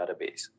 database